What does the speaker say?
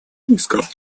риска